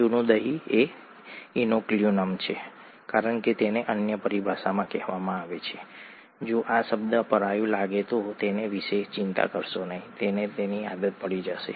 જૂનું દહીં એ ઇનોક્યુલમ છે કારણ કે તેને અન્ય પરિભાષામાં કહેવામાં આવે છે જો આ શબ્દ પરાયું લાગે તો તેના વિશે ચિંતા કરશો નહીં તમને તેની આદત પડી જશે